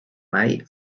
mai